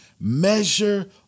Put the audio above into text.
measure